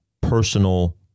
personal